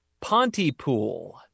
Pontypool